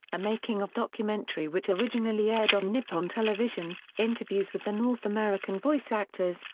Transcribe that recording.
a making-of documentary which originally aired on nippon television, interviews with the north american voice actors,